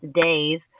days